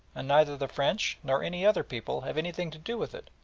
and neither the french nor any other people have anything to do with it,